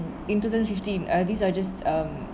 in two thousand fifteen uh these are just um